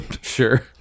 Sure